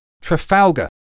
Trafalgar